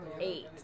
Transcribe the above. eight